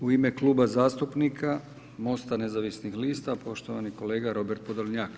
U ime Kluba zastupnika Mosta nezavisnih lista, poštovani kolega Robert Podolnjak.